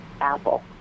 apple